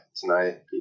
tonight